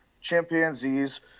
chimpanzees